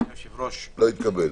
לא התקבלה.